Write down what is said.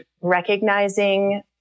recognizing